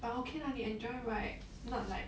but okay lah 你 enjoy right not like